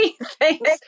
thanks